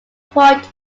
point